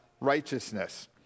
righteousness